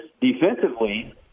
defensively